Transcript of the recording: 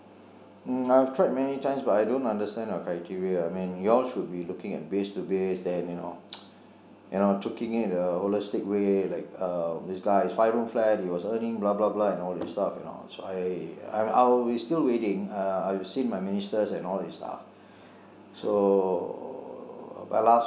mm I've tried many times but I don't understand the criteria I mean you all should be looking at base to base then you know you know holistic way like uh this guy is five room flat he was earning blah blah blah and all these stuff you know so I I will be still waiting uh I've seen my ministers and all these stuff so my last